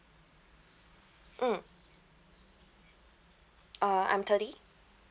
mm uh I'm thirty